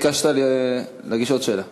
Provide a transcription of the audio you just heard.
ביקשת להגיש עוד שאלה.